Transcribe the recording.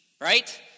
right